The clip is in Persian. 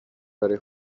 برای